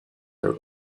are